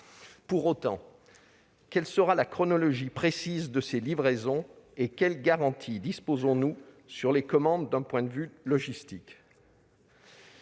Pour autant, quelle sera la chronologie précise de ces livraisons ? De quelles garanties disposons-nous sur les commandes d'un point de vue logistique ?